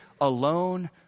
alone